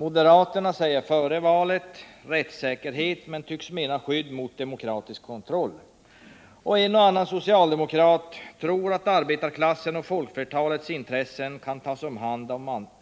Moderaterna talar före valet om rättssäkerhet men tycks mena skydd mot demokratisk kontroll. Och en och annan socialdemokrat tror att arbetarklassens och folkflertalets intressen kan tas om hand